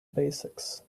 basics